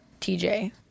TJ